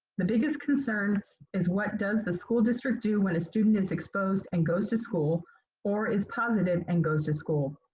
the biggest concern is, what does the school district do when a student is exposed and goes to school or is positive and goes to school?